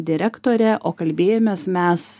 direktorė kalbėjomės mes